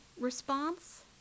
response